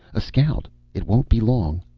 a scout. it won't be long.